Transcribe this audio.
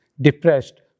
depressed